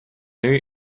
new